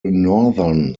northern